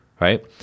right